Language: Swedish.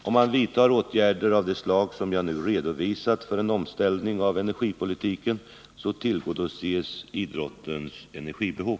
Om man vidtar åtgärder av det slag jag nu redovisat för en omställning av energipolitiken tillgodoses idrottens energibehov.